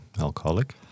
alcoholic